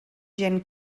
gent